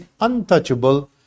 untouchable